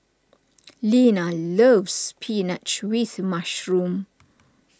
Lena loves Spinach with Mushroom